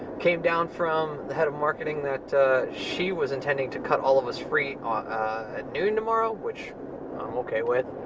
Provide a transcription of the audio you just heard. came down from the head of marketing that she was intending to cut all of us free at noon tomorrow, which i'm okay with.